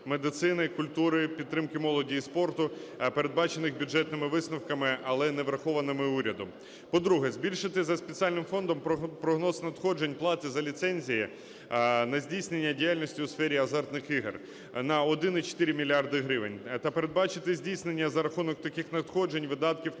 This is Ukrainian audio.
медицини, культури, підтримки молоді і спорту, передбачених бюджетними висновками, але неврахованими урядом. По-друге, збільшити за спеціальним фондом прогноз надходжень плати за ліцензії на здійснення діяльності у сфері азартних ігор на 1,4 мільярда гривень. Та передбачити здійснення за рахунок таких надходжень видатків